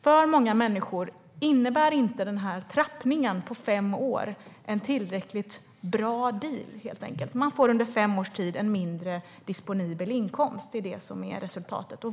För många människor innebär trappningen på fem år inte en tillräckligt bra deal. Man får under fem års tid en disponibel inkomst som är mindre. Det är resultatet.